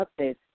updates